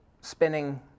spinning